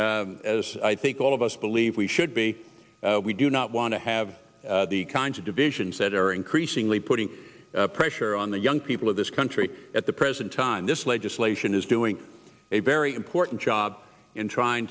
as as i think all of us believe we should be we do not want to have the kinds of divisions that are increasingly putting pressure on the young people of this country at the present time this legislation is doing a very important job in trying